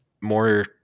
more